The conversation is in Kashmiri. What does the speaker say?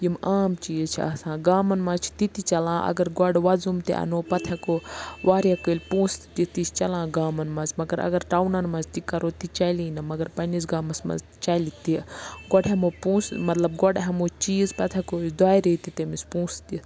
یِم عام چیٖز چھِ آسان گامَن منٛز چھِ تِتہِ چلان اگر گۄڈٕ وَزُم تہِ اَنَو پَتہٕ ہٮ۪کو واریاہ کٲلۍ پونٛسہٕ تہِ دِتھ تہِ چھِ چلان گامَن منٛز مگر اگر ٹَونَن منٛز تہِ کَرَو تہِ چَلی نہٕ مگر پَنٛنِس گامَس منٛز چَلہِ تہِ گۄڈٕ ہٮ۪مو پونٛسہٕ مطلب گۄڈٕ ہٮ۪مو چیٖز پَتہٕ ہٮ۪کو أسۍ دۄیہِ ریٚتۍ تہِ تٔمِس پونٛسہٕ دِتھ